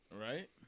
right